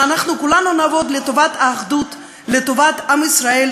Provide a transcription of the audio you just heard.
רות המואבייה,